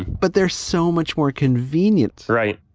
but there's so much more convenient. right